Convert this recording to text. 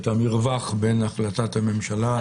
את המרווח בין החלטת הממשלה לביצוע.